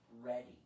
ready